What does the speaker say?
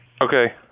Okay